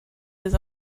his